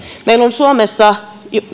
meillä on suomessa